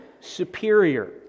superior